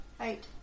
Eight